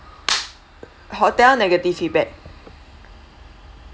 hotel negative feedback